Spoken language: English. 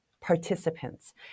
participants